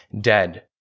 dead